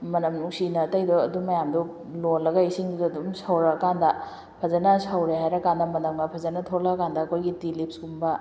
ꯃꯅꯝ ꯅꯨꯡꯁꯤꯅ ꯑꯇꯩꯗꯣ ꯑꯗꯨ ꯃꯌꯥꯝꯗꯣ ꯂꯣꯜꯂꯒ ꯏꯁꯤꯡꯁꯨ ꯑꯗꯨꯝ ꯁꯧꯔꯛꯑꯀꯥꯟꯗ ꯐꯖꯅ ꯁꯧꯔꯦ ꯍꯥꯏꯔ ꯀꯥꯟꯗ ꯃꯅꯝꯒ ꯐꯖꯅ ꯊꯣꯛꯂꯛꯑꯀꯥꯟꯗ ꯑꯩꯈꯣꯏꯒꯤ ꯇꯤ ꯂꯤꯕ꯭ꯁꯀꯨꯝꯕ